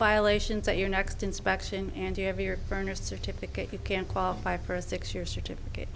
violations at your next inspection and you have your furnace certificate you can't qualify for a six year certificate